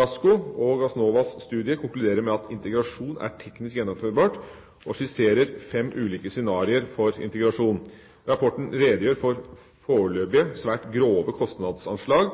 Gassco og Gassnovas studie konkluderer med at integrasjon er teknisk gjennomførbart, og skisserer fem ulike scenarioer for integrasjon. Rapporten redegjør for foreløpige, svært grove kostnadsanslag